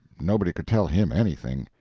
nobody could tell him anything.